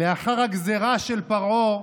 לאחר הגזירה של פרעה: